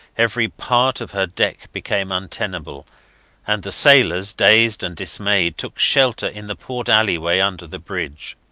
every part of her deck became untenable and the sailors, dazed and dismayed, took shelter in the port alleyway under the bridge.